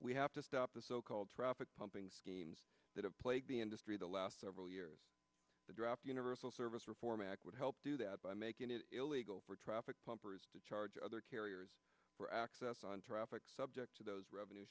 we have to stop the so called traffic pumping schemes that have plagued the industry the last several years the drop universal service reform act would help do that by making it illegal for traffic pumpers to charge other carriers for access on traffic subject to those revenue